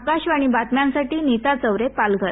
आकाशवाणी बातम्यांसाठी नीता चवरे पालघर